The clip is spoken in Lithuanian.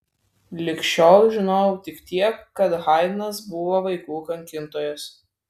lig šiol žinojau tik tiek kad haidnas buvo vaikų kankintojas